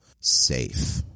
safe